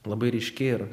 labai ryški ir